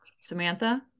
Samantha